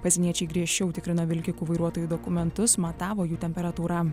pasieniečiai griežčiau tikrina vilkikų vairuotojų dokumentus matavo jų temperatūra